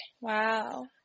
Wow